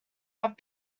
have